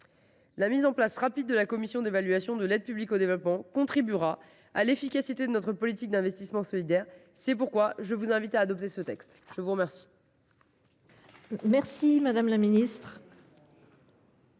La mise en place rapide de la commission d’évaluation de l’aide publique au développement contribuera à l’efficacité de notre politique d’investissements solidaires. C’est pourquoi je vous invite à adopter ce texte. La parole